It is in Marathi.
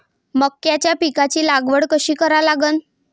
मक्याच्या पिकाची लागवड कशी करा लागन?